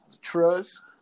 trust